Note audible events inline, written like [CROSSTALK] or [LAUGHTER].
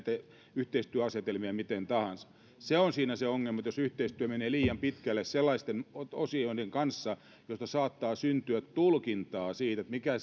yhteistyöasetelmia miten tahansa se on siinä se ongelma että jos yhteistyö menee liian pitkälle sellaisten osioiden kanssa joista saattaa syntyä tulkintaa siitä mikä [UNINTELLIGIBLE]